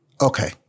Okay